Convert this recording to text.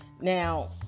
Now